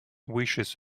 wishes